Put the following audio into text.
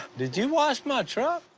did you wash my truck?